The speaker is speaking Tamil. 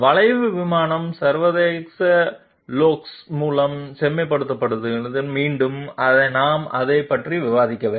வளைவு விமானம் சர்வதேச கோல்ஃப் மூலம் செம்மைப்படுத்துங்கள் மீண்டும் நான் அதைப் பற்றி விவாதிக்கவில்லை